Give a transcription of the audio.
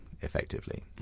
effectively